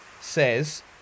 says